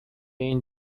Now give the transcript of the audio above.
این